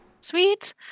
Sweet